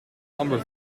amber